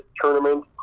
tournament